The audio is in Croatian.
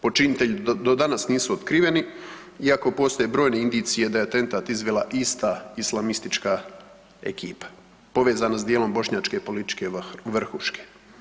Počinitelji do danas nisu otkriveni iako postoje brojne indicije da je atentat izvela ista islamička ekipa povezana s dijelom bošnjačke političke vrhuške.